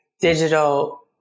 digital